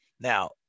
Now